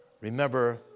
Remember